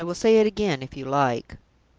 i will say it again, if you like.